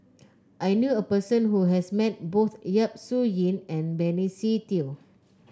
I knew a person who has met both Yap Su Yin and Benny Se Teo